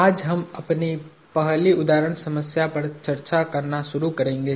आज हम अपनी पहली उदाहरण समस्या पर चर्चा करना शुरू करेंगे